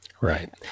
Right